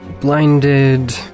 Blinded